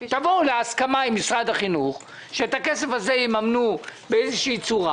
תבואו להסכמה עם משרד החינוך שאת הכסף הזה יממנו באיזו צורה.